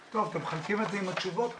טוב, אתם מחלקים את זה עם התשובות כבר.